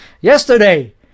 Yesterday